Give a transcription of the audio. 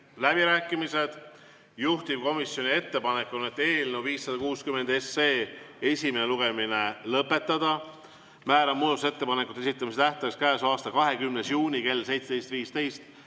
läbirääkimised. Juhtivkomisjoni ettepanek on eelnõu 560 esimene lugemine lõpetada. Määran muudatusettepanekute esitamise tähtajaks selle aasta 20. juuni kell 17.15.